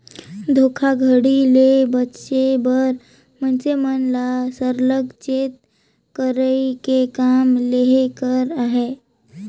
धोखाघड़ी ले बाचे बर मइनसे मन ल सरलग चेत कइर के काम लेहे कर अहे